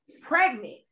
pregnant